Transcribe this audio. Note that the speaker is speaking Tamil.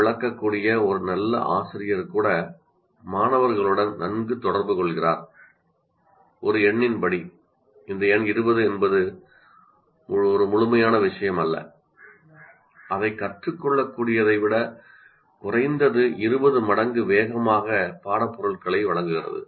விளக்கக்கூடிய ஒரு நல்ல ஆசிரியர் கூட மாணவர்களுடன் நன்கு தொடர்புகொள்கிறார் ஒரு எண்ணின் படி இந்த எண் 20 என்பது ஒரு முழுமையான விஷயம் அல்ல அதைக் கற்றுக் கொள்ளக்கூடியதை விட குறைந்தது 20 மடங்கு வேகமாக பாட பொருட்களை வழங்குகிறது